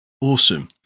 Awesome